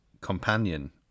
companion